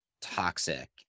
toxic